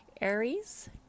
Aries